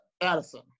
Addison